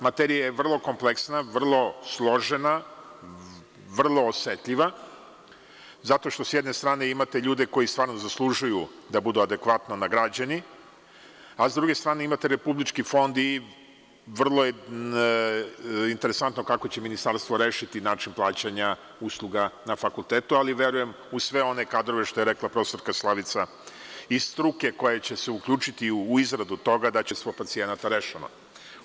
Materija je vrlo kompleksna, vrlo složena, vrlo osetljiva zato što sa jedne strane imate ljude koji stvarno zaslužuju da budu adekvatno nagrađeni, a sa druge strane imate Republički fond i vrlo je interesantno kako će Ministarstvo rešiti način plaćanja usluga na fakultetu, ali verujem u sve one kadrove, što je rekla prof. Slavica, iz struke koje će se uključiti u izradu toga da će to biti na najbolji način i zadovoljstvo pacijenata rešeno.